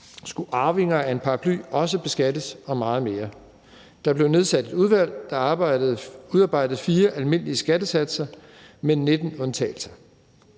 Skulle arvinger af en paraply også beskattes og meget mere? Der blev nedsat et udvalg, der udarbejdede de almindelige skattesatser med 19 undtagelser.